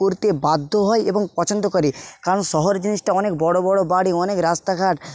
করতে বাধ্য হয় এবং পছন্দ করে কারণ শহর জিনিসটা অনেক বড় বড় বাড়ি অনেক রাস্তাঘাট